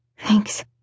Thanks